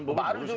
batter,